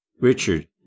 Richard